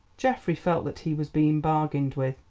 geoffrey felt that he was being bargained with.